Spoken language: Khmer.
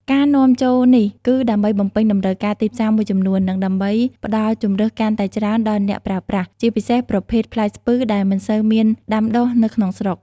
ការនាំចូលនេះគឺដើម្បីបំពេញតម្រូវការទីផ្សារមួយចំនួន និងដើម្បីផ្ដល់ជម្រើសកាន់តែច្រើនដល់អ្នកប្រើប្រាស់ ជាពិសេសប្រភេទផ្លែស្ពឺដែលមិនសូវមានដាំដុះនៅក្នុងស្រុក។